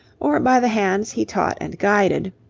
or by the hands he taught and guided,